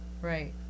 Right